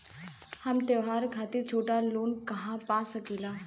हम त्योहार खातिर छोटा लोन कहा पा सकिला?